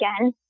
again